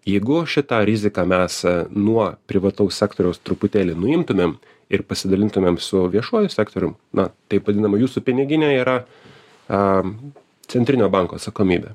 jeigu šitą riziką mes nuo privataus sektoriaus truputėlį nuimtumėm ir pasidalintumėm su viešuoju sektorium na taip vadinama jūsų piniginė yra a centrinio banko atsakomybė